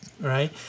Right